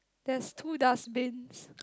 there's two dustbins